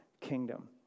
kingdom